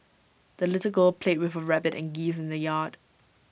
the little girl played with her rabbit and geese in the yard